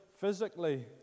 physically